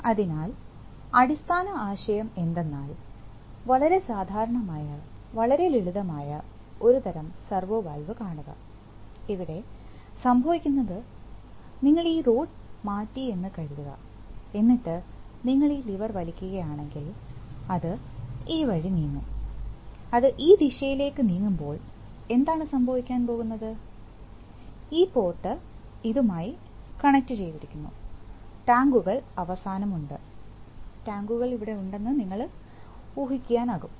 അതിനാൽ അടിസ്ഥാന ആശയം എന്തെന്നാൽ വളരെ സാധാരണമായ വളരെ ലളിതമായ ഒരു തരം സെർവോ വാൽവ് കാണുക ഇവിടെ സംഭവിക്കുന്നത് നിങ്ങൾ ഈ റോഡ് മാറ്റിയെന്ന് കരുതുക എന്നിട്ട് നിങ്ങൾ ഈ ലിവർ വലിക്കുകയാണെങ്കിൽ അത് ഈ വഴി നീങ്ങും അത് ഈ ദിശയിലേക്ക് നീങ്ങുമ്പോൾ എന്താണ് സംഭവിക്കാൻ പോകുന്നത് ഈ പോർട്ട് ഇതുമായി കണക്റ്റുചെയ്തിരിക്കുന്നു ടാങ്കുകൾ അവസാനം ഉണ്ട് ടാങ്കുകൾ ഇവിടെ ഉണ്ടെന്ന് നിങ്ങൾക്ക് ഉഹിക്കാനാകും